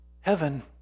heaven